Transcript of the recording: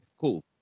cool